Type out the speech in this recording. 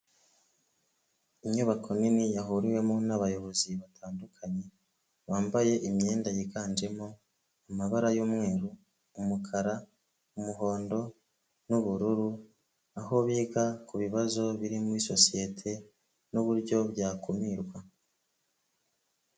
Inyubako nini yahuriwemo n'abayobozi batandukanye, bambaye imyenda yiganjemo amabara y'umweru, umukara, umuhondo n'ubururu, aho biga ku bibazo biri muri sosiyete n'uburyo byakumirwa.